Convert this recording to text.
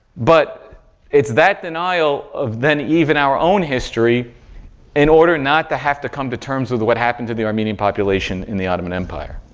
but it's that denial of then even our own history in order not to have to come to terms with what happened to the armenian population in the ottoman empire.